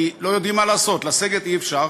כי לא יודעים מה לעשות: לסגת אי-אפשר,